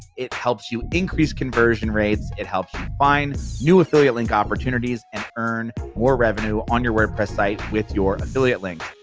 it helps you increase conversion rates, it helps you find new affiliate link opportunities, and earn more revenue on your wordpress site with your affiliate links,